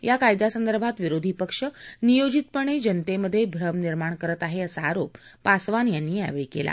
या कायद्यासंदर्भात विरोधी पक्ष नियोजितपणे जनतेमध्ये भ्रम निर्माण करत आहेत असा आरोप पासवान यांनी यावेळी केला